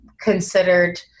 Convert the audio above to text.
considered